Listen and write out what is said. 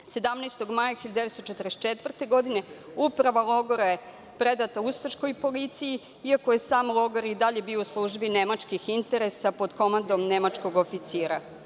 Dana 17. maja 1944. godine uprava logora je predata ustaškoj policiji, iako je sam logor i dalje bio u službi nemačkih interesa, pod komandom nemačkog oficira.